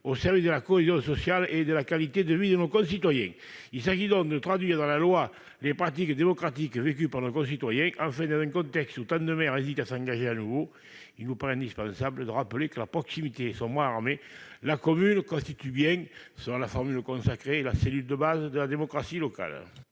au service de la cohésion sociale et de la qualité de vie de nos concitoyens. Il s'agit donc de traduire dans la loi les pratiques démocratiques vécues par nos concitoyens. Enfin, dans un contexte où tant de maires hésitent à s'engager de nouveau, il nous paraît indispensable de rappeler que la commune, bras armé de la proximité, constitue bien, selon la formule consacrée, la cellule de base de la démocratie locale.